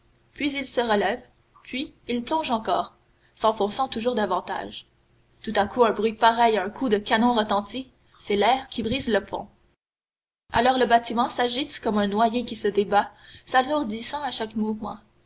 puis il se relève puis il plonge encore s'enfonçant toujours davantage tout à coup un bruit pareil à un coup de canon retentit c'est l'air qui brise le pont alors le bâtiment s'agite comme un noyé qui se débat s'alourdissant à chaque mouvement